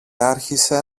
άρχισε